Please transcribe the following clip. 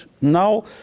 Now